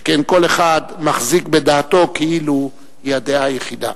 שכן כל אחד מחזיק בדעתו כאילו היא הדעה היחידה.